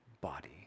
body